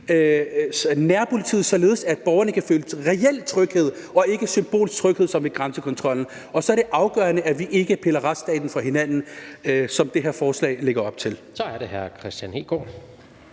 nærpolitiet, således at borgerne kan føle reel tryghed og ikke symbolsk tryghed som ved grænsekontrollen, og så er det afgørende, at vi ikke piller retsstaten fra hinanden, som det her forslag lægger op til. Kl. 13:25 Tredje næstformand